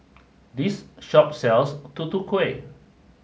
this shop sells Tutu Kueh